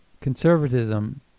conservatism